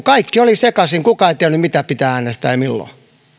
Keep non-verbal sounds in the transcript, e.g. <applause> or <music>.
<unintelligible> kaikki oli sekaisin kukaan ei tiennyt mitä pitää äänestää ja milloin